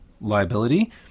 liability